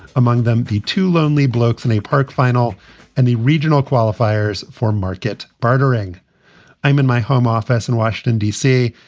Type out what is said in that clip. among them, two lonely blokes in a park final and the regional qualifiers for market bartering i'm in my home office in washington, d c,